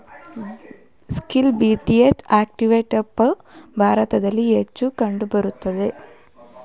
small business entrepreneurship ಭಾರತದಲ್ಲಿ ಹೆಚ್ಚು ಕಂಡುಬರುತ್ತದೆ